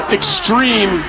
extreme